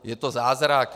Je to zázrak?